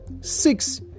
Six